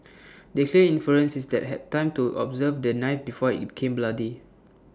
the clear inference is that had time to observe the knife before IT became bloody